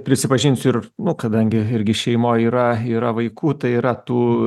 prisipažinsiu ir nu kadangi irgi šeimoj yra yra vaikų tai yra tų